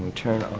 um turn on